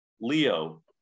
Leo